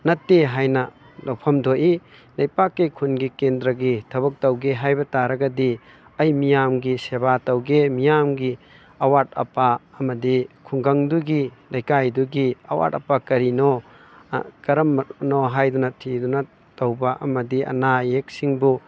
ꯅꯠꯇꯦ ꯍꯥꯏꯅ ꯂꯧꯐꯝ ꯊꯣꯛꯏ ꯂꯩꯄꯥꯛꯀꯤ ꯈꯨꯟꯒꯤ ꯀꯦꯟꯗ꯭ꯔꯒꯤ ꯊꯕꯛ ꯇꯧꯒꯦ ꯍꯥꯏꯕ ꯇꯥꯔꯒꯗꯤ ꯑꯩ ꯃꯤꯌꯥꯝꯒꯤ ꯁꯦꯕꯥ ꯇꯧꯒꯦ ꯃꯤꯌꯥꯝꯒꯤ ꯑꯋꯥꯠ ꯑꯄꯥ ꯑꯃꯗꯤ ꯈꯨꯡꯒꯪꯗꯨꯒꯤ ꯂꯩꯀꯥꯏꯗꯨꯒꯤ ꯑꯋꯥꯠ ꯑꯄꯥ ꯀꯔꯤꯅꯣ ꯀꯔꯝꯕꯅꯣ ꯍꯥꯏꯗꯨꯅ ꯊꯤꯗꯨꯅ ꯇꯧꯕ ꯑꯃꯗꯤ ꯑꯅꯥ ꯑꯌꯦꯛꯁꯤꯡꯕꯨ